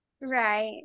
right